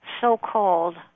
so-called